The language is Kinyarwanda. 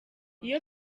iyo